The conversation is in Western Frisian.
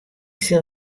sil